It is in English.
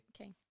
Okay